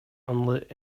unlit